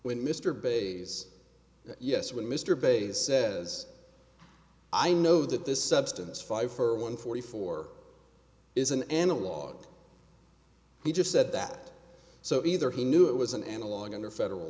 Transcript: when mr bay's yes when mr bass says i know that this substance five for one forty four is an analog he just said that so either he knew it was an analog under federal